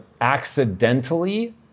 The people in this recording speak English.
accidentally